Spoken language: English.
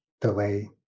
delay